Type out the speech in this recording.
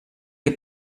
que